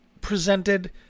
presented